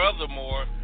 furthermore